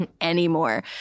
anymore